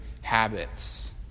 habits